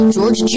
George